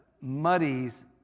muddies